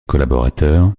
collaborateur